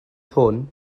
hwn